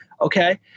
okay